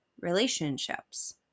relationships